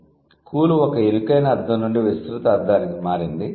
'cool' ఒక ఇరుకైన అర్ధం నుండి విస్తృత అర్ధానికి మారింది